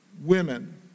women